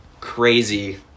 crazy